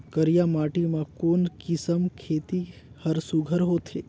करिया माटी मा कोन किसम खेती हर सुघ्घर होथे?